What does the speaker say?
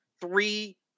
three